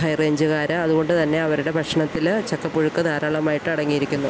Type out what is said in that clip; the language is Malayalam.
ഹൈ റേഞ്ചുകാര് അതുകൊണ്ട് തന്നെ അവരുടെ ഭക്ഷണത്തില് ചക്കപ്പുഴുക്ക് ധാരാളമായിട്ട് അടങ്ങിയിരിക്കുന്നു